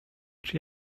czy